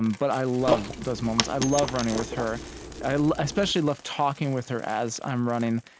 um but i love those moments. i love running with her i especially love talking with her as i'm running.